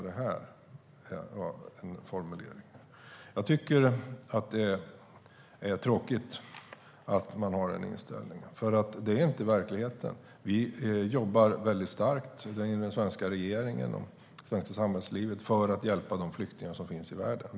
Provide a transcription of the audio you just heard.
Det är tråkigt att han har den inställningen, för det är inte verkligheten. Regeringen och det svenska samhällslivet jobbar hårt för att hjälpa de flyktingar som finns i världen.